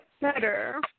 Better